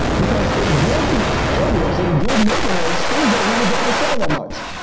because in good areas, in good neighborhoods, things don't really go for sale that much.